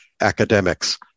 academics